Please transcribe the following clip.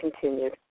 continued